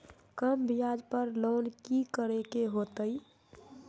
कम ब्याज पर लोन की करे के होतई?